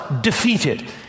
defeated